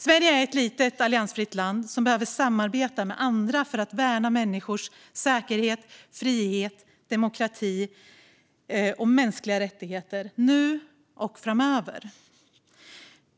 Sverige är ett litet, alliansfritt land som behöver samarbeta med andra för att värna människors säkerhet, frihet, demokrati och mänskliga rättigheter, nu och framöver.